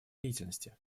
деятельности